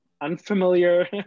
unfamiliar